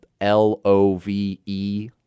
L-O-V-E